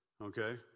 okay